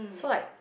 so like